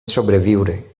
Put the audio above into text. sobreviure